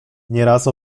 nieraz